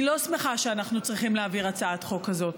אני לא שמחה שאנחנו צריכים להעביר הצעת חוק כזאת,